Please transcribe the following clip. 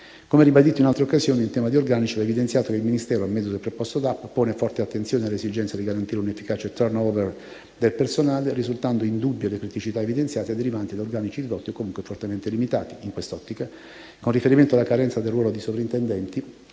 Come ribadito in altre occasioni in tema di organici, va evidenziato che il Ministero, a mezzo del preposto DAP, pone forte attenzione alle esigenze di garantire un efficace *turn over* del personale, risultando indubbie le criticità evidenziate e derivanti da organici ridotti o comunque fortemente limitati. In quest'ottica, con riferimento alla carenza del ruolo di sovrintendenti,